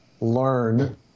learn